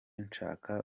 nshaka